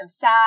sad